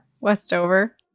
Westover